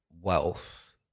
wealth